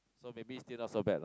so maybe still not so bad lah